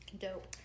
Dope